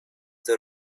the